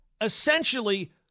essentially